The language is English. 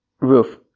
roof